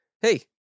hey